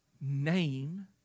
name